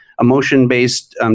emotion-based